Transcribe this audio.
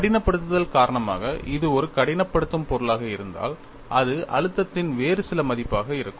கடினப்படுத்துதல் காரணமாக இது ஒரு கடினப்படுத்தும் பொருளாக இருந்தால் அது அழுத்தத்தின் வேறு சில மதிப்பாக இருக்கும்